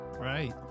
Right